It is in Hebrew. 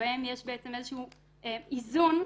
שבהם יש איזשהו איזון,